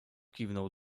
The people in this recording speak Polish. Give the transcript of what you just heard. kiwnął